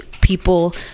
people